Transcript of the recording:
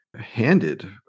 handed